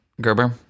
Gerber